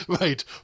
Right